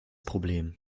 problem